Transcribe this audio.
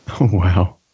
Wow